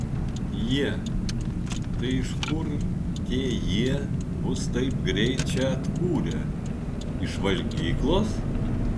jie tai iš kur tie jie bus taip greit čia atkūrę iš valgyklos